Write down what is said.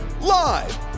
Live